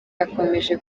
akomeje